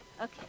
Okay